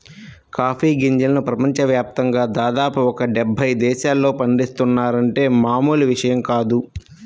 coffee గింజలను ప్రపంచ యాప్తంగా దాదాపు ఒక డెబ్బై దేశాల్లో పండిత్తున్నారంటే మామూలు విషయం కాదు